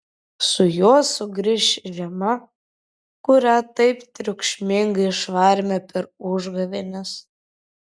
su juo sugrįš žiema kurią taip triukšmingai išvarėme per užgavėnes